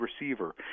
receiver